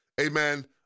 amen